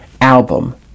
album